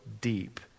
deep